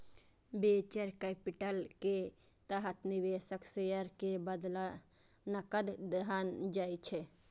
venture capital के तहत निवेशक शेयर के बदला नकद धन दै छै